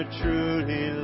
truly